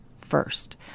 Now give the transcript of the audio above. first